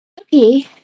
Okay